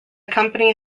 company